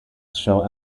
show